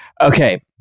okay